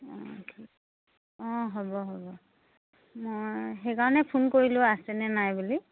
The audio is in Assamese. অঁ অঁ হ'ব হ'ব মই সেইকাৰণে ফোন কৰিলোঁ আছেনে নাই বুলি